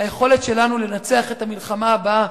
היכולת שלנו לנצח את המלחמה הבאה,